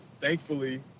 thankfully –